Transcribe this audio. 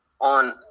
on